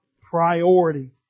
priority